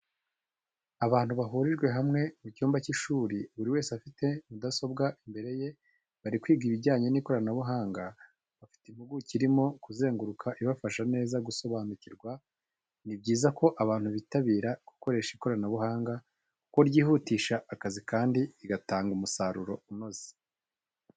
Abantu bahurijwe hamwe mu cyumba cy'ishuri, buri wese afite mudasobwa imbere ye bari kwiga ibijyanye n'ikoranabuhanga, bafite impuguke irimo kuzenguruka ibafasha neza gusobanukirwa. Ni byiza ko abantu bitabira gukoresha ikoranabuhanga kuko ryihutisha akazi kandi rigatanga umusaruro unoze.